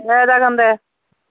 दे जागोन दे